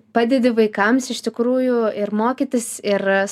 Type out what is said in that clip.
padedi vaikams iš tikrųjų ir mokytis ir